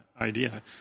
idea